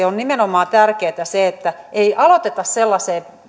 on tärkeätä nimenomaan se että ei aloiteta toimintaa sellaisella